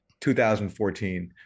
2014